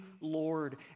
lord